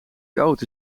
koud